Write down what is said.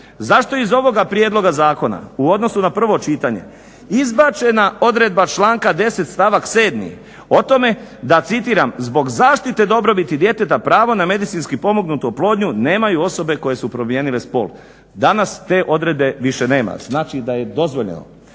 Zašto iz ovoga prijedloga zakona u odnosu na prvo čitanje izbačena odredba članka 10. stavak 7. o tome da, citiram: "Zbog zaštite dobrobiti djeteta pravo na medicinski pomognutu oplodnju nemaju osobe koje su promijenile spol." Danas te odredbe više nema. Znači da je dozvoljeno.